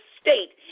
state